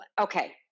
okay